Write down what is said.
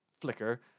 flicker